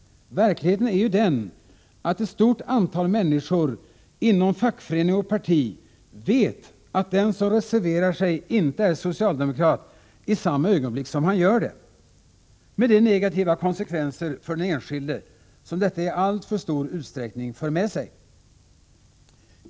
Verkligheten är ju den att ett stort antal människor inom fackförening och parti vet att den som reserverar sig inte är socialdemokrat i samma ögonblick som han gör det — med de negativa konsekvenser för den enskilde som detta i alltför stor utsträckning för med sig.